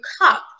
cup